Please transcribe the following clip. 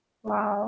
!wow!